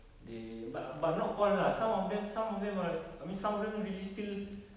they bu~ but not all lah some of them some of them are res~ I mean some of them really still